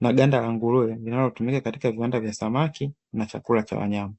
na ganda la nguruwe linalotumika katika viwanda vya samaki na chakula cha wanyama.